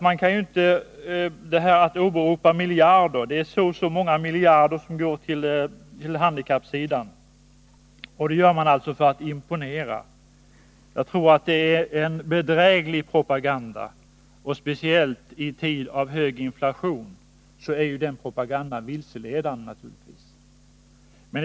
Man åberopar att så och så många miljarder går till handikappsidan, och det gör man för att imponera. Jag tror att det är en bedräglig propaganda. Speciellt i tider med hög inflation är den propagandan väldigt vilseledande.